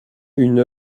une